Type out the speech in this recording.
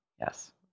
Yes